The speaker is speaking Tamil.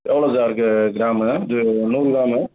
எவ்வளோ சார் கு கிராமு இது நூறு கிராமு